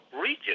region